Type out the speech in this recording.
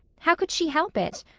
how could she help it?